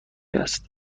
است